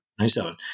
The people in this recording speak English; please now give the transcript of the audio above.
97